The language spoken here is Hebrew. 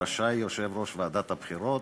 רשאי יושב-ראש ועדת הבחירות